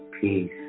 peace